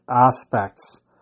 aspects